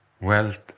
Wealth